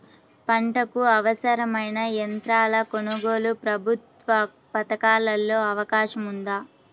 పంటకు అవసరమైన యంత్రాల కొనగోలుకు ప్రభుత్వ పథకాలలో అవకాశం ఉందా?